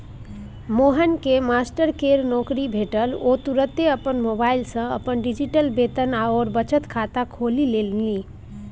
मोहनकेँ मास्टरकेर नौकरी भेटल ओ तुरते अपन मोबाइल सँ अपन डिजिटल वेतन आओर बचत खाता खोलि लेलनि